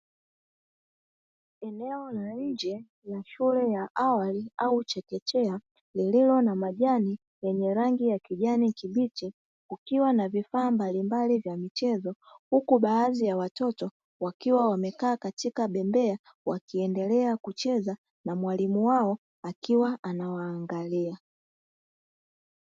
Eneo la nje ya shule ya awali au chekechea lililo na majani yenye rangi ya kijani kibichi kukiwa na vifaa mbalimbali vya michezo, huku baadhi ya watoto wakiwa wamekaa katika bembea wakiendelea kucheza na mwalimu wao akiwa anawaangalia.